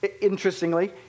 interestingly